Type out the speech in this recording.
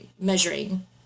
measuring